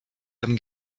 comme